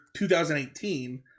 2018